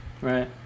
Right